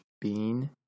bean